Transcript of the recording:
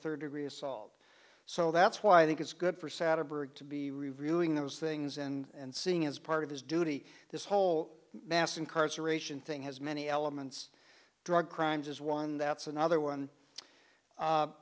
third degree assault so that's why i think it's good for saturday to be reviewing those things and seeing as part of his duty this whole mass incarceration thing has many elements drug crimes as one that's another one